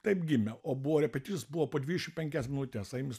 taip gimė o buvo repeticijos buvo po dvidešim penkias minutes eimis